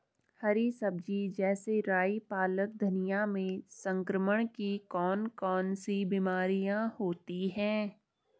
हरी सब्जी जैसे राई पालक धनिया में संक्रमण की कौन कौन सी बीमारियां होती हैं?